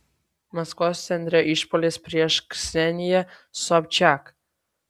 maskvos centre išpuolis prieš kseniją sobčiak